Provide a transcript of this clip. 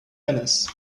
venice